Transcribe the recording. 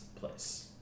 place